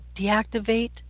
Deactivate